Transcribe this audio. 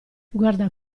guarda